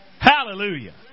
Hallelujah